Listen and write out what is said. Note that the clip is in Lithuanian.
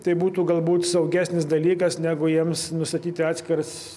tai būtų galbūt saugesnis dalykas negu jiems nustatyti atskiras